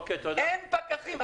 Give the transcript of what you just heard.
אין פקחים.